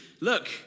Look